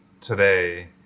today